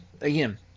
Again